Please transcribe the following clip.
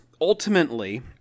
ultimately